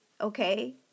okay